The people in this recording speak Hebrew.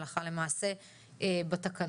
הלכה למעשה בתקנות.